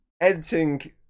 editing